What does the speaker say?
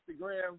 Instagram